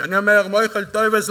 שאני אומר: "מויחל טויבס",